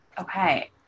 Okay